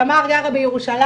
תמר גרה בירושלים,